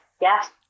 Yes